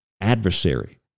adversary